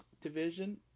division